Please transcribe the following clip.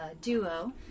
duo